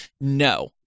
No